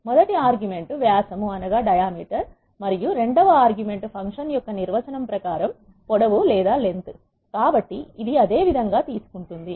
మొదటి ఆర్గ్యుమెంట్ వ్యాసము మరియు రెండవ ఆర్గ్యుమెంట్ ఫంక్షన్ యొక్క నిర్వచనం ప్రకారం పొడవు కాబట్టి ఇది అదే విధంగా తీసుకుంటుంది